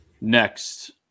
next